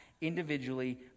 individually